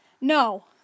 No